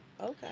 Okay